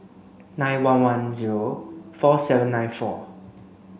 nine one one zero four seven nine four